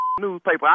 newspaper